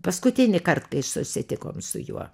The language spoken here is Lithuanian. paskutinįkart kai susitikom su juo